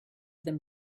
them